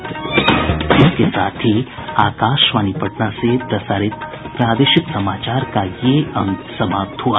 इसके साथ ही आकाशवाणी पटना से प्रसारित प्रादेशिक समाचार का ये अंक समाप्त हुआ